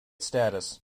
status